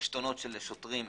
עשתונות של קצינים